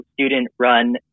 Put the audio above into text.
student-run